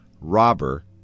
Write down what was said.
robber